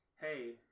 hey